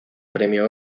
premio